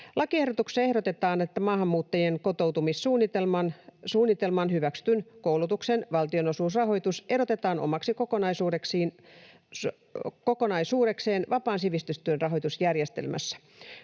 Lakiehdotuksessa ehdotetaan, että maahanmuuttajien kotoutumissuunnitelmaan hyväksytyn koulutuksen valtionosuusrahoitus erotetaan omaksi kokonaisuudekseen vapaan sivistystyön rahoitusjärjestelmässä.